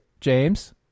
James